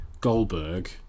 Goldberg